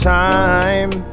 time